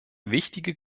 wichtige